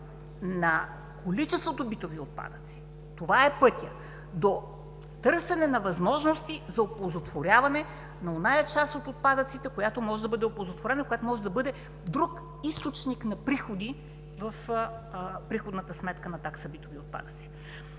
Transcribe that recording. на количеството битови отпадъци. Това е пътят – до търсене на възможности за оползотворяване на онази част от отпадъците, която може да бъде оползотворена, която може да бъде друг източник на приходи в приходната сметка на такса битови отпадъци.